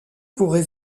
pourrait